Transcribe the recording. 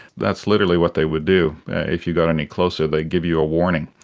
that's literally what they would do if you got any closer, they give you a warning,